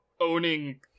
owning